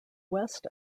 west